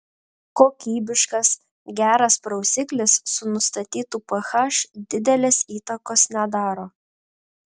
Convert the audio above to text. kokybiškas geras prausiklis su nustatytu ph didelės įtakos nedaro